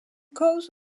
cause